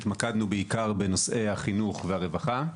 התמקדנו בעיקר בנושאי החינוך והרווחה.